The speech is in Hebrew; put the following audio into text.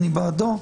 אני בעדו,